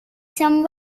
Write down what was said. some